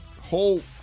whole